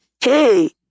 hey